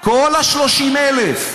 כל ה-30,000.